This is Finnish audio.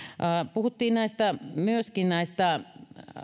puhuttiin myöskin